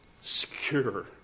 secure